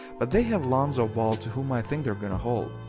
but they have lonzo ball to whom i think they're gonna hold.